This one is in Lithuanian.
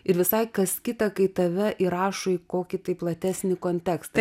ir visai kas kita kai tave įrašo į kokį tai platesnį kontekstą